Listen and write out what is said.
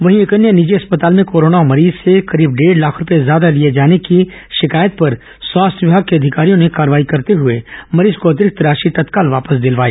वहीं एक अन्य निजी अस्पताल में कोरोना मरीज से से करीब डेढ लाख रूपये ज्यादा लिए जाने की शिकायत पर स्वास्थ्य विमाग के अधिकारियों ने कार्रवाई करते हुए मरीज को अतिरिक्त राशि तत्काल वापस दिलवाई